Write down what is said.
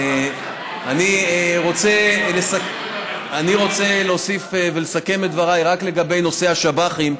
אני רוצה להוסיף ולסכם את דבריי רק לגבי נושא השב"חים,